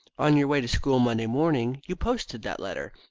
on your way to school monday morning, you posted that letter.